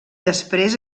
després